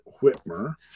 Whitmer